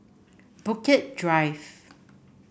Bukit Drive